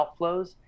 outflows